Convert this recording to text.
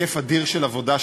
היקף אדיר של עבודה.